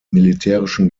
militärischen